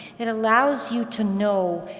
it allows you to know,